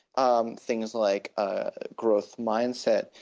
um things like ah growth mindset,